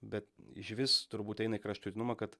bet išvis turbūt eina į kraštutinumą kad